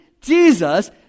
Jesus